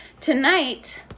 Tonight